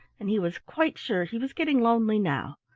and he was quite sure he was getting lonely now.